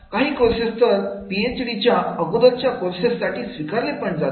काही कोर्सेस तर पीएचडी च्या अगोदरच्या कोर्सेस साठी स्विकारले जातात